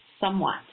somewhat